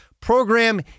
program